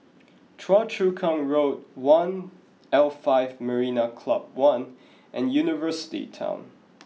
Choa Chu Kang Road One L five Marina Club One and University Town